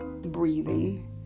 breathing